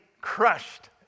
crushed